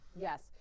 yes